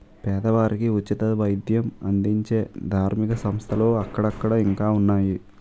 పేదవారికి ఉచిత వైద్యం అందించే ధార్మిక సంస్థలు అక్కడక్కడ ఇంకా ఉన్నాయి